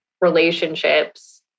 relationships